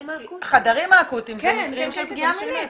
חדרים אקוטיים זה מקרים של פגיעה מינית.